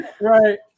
Right